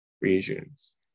regions